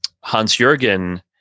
Hans-Jürgen